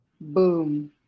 Boom